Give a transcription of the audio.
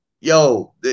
yo